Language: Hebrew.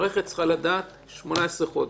מערכת צריכה לדעת, 18 חודש.